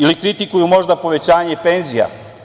Ili kritikuju možda povećanje penzija?